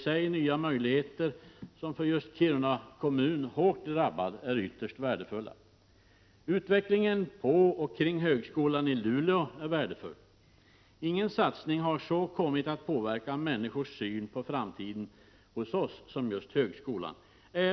Men jag försöker avverka så många som möjligt.